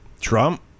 Trump